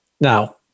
Now